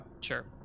Sure